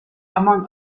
among